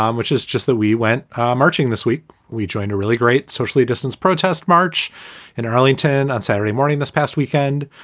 um which is just that. we went marching this week. we joined a really great socially distance protest march in arlington on saturday morning. this past weekend,